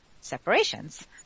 separations